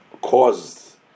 caused